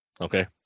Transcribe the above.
Okay